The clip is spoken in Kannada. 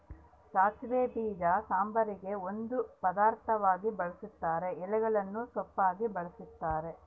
ಸಾಸಿವೆ ಬೀಜ ಸಾಂಬಾರಿಗೆ ಒಂದು ಪದಾರ್ಥವಾಗಿ ಬಳುಸ್ತಾರ ಎಲೆಗಳನ್ನು ಸೊಪ್ಪಾಗಿ ಬಳಸ್ತಾರ